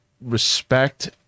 respect